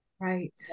Right